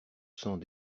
cent